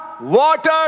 Water